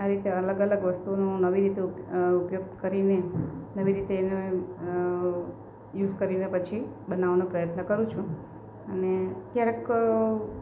આ રીતે અલગ અલગ વસ્તુનો નવી રીતે ઉપયોગ કરીને નવી રીતે એમાં યુઝ કરીને પછી બનાવાનું પ્રયત્ન કરું છું અને ક્યારેક